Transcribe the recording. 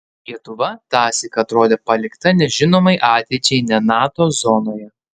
lietuva tąsyk atrodė palikta nežinomai ateičiai ne nato zonoje